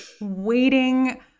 waiting